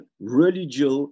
religious